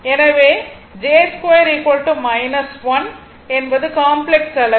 எனவே j2 1 என்பது complex அளவு